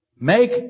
make